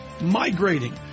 migrating